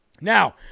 Now